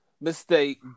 mistake